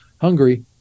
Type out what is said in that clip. Hungary